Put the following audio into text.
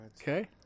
okay